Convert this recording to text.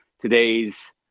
today's